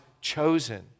chosen